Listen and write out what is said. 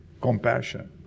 Compassion